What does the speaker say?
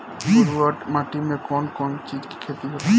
ब्लुअट माटी में कौन कौनचीज के खेती होला?